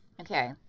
Okay